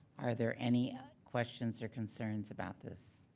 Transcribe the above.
are there any questions or concerns about this?